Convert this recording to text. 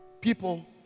people